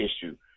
issue